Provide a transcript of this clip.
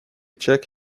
check